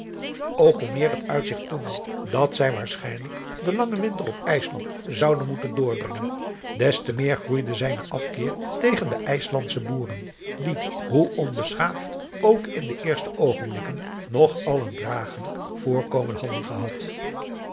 ook hoe meer het uitzigt toenam dat zij waarschijnlijk den langen winter op ijsland zouden moeten doorbrengen des te meer groeide zijne afkeer aan tegen de ijslandsche boeren die hoe onbeschaafd ook in de eerste oogenblikken nog al een dragelijk voorkomen hadden gehad